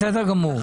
בסדר גמור.